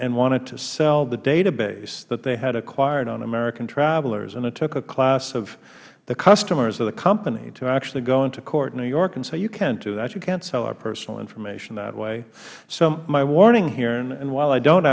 and wanted to sell the database that they had acquired on american travelers and it took a class of the customers of the company to actually go into court in new york and say you can't do that you can't sell our personal information that way so my warning here and while i don't